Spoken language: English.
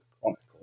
Chronicle